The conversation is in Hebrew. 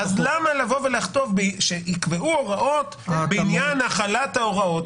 אז למה לכתוב שייקבעו הוראות בעניין החלת ההוראות?